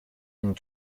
and